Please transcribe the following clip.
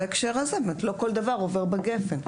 בהקשר הזה באמת לא כל דבר עובר בגפ"ן.